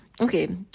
okay